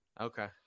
Okay